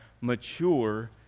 mature